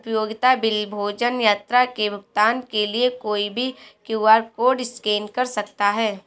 उपयोगिता बिल, भोजन, यात्रा के भुगतान के लिए कोई भी क्यू.आर कोड स्कैन कर सकता है